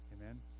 Amen